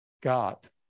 God